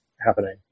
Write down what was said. happening